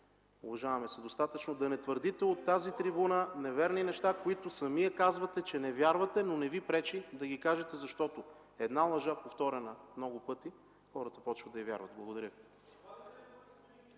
уважаваме се достатъчно, да не твърдите от тази трибуна неверни неща, които сами казвате, че не вярвате, но не ви пречи да ги кажете, защото на една лъжа повторена много пъти, хората започват да й вярват. (Реплика